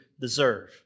deserve